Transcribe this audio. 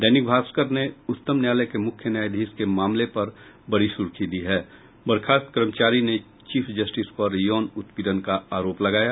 दैनिक भास्कर ने उच्चतम न्यायालय के मूख्य न्यायाधीश के मामले पर बड़ी सुर्खी दी है बर्खास्त कर्मचारी ने चीफ जस्टिस पर यौन उत्पीड़न का आरोप लगाया